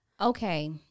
Okay